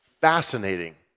fascinating